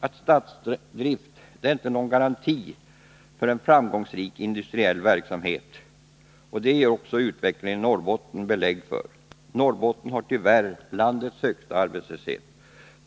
Att statsdrift inte är någon garanti för framgångsrik industriell verksamhet, ger utvecklingen i Norrbotten belägg för. Norrbotten har tyvärr landets högsta arbetslöshet.